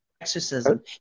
exorcism